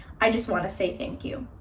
i just want to say, thank you.